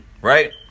right